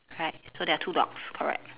right so there are two dogs correct